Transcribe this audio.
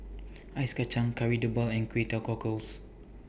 Ice Kacang Kari Debal and Kway Teow Cockles